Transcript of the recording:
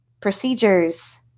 procedures